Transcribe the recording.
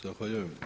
Zahvaljujem.